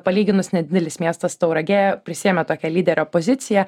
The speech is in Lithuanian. palyginus nedidelis miestas tauragė prisiėmė tokią lyderio poziciją